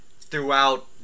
throughout